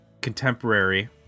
contemporary